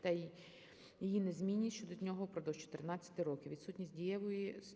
та її незмінність щодо нього впродовж 14 років, відсутність